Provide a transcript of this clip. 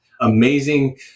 amazing